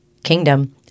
Kingdom